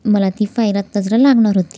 मला ती फायल आत्ता जरा लागणार होती